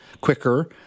quicker